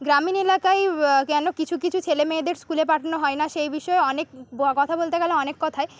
গ্রামীণ এলাকায় কেন কিছু কিছু ছেলে মেয়েদের স্কুলে পাঠানো হয় না সেই বিষয়ে অনেক কথা বলতে গেলে অনেক কথাই